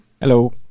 Hello